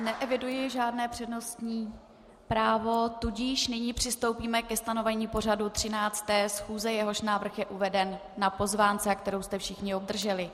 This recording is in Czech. Neeviduji žádné přednostní právo, tudíž nyní přistoupíme ke stanovení pořadu 13. schůze, jehož návrh je uveden na pozvánce, kterou jste všichni obdrželi.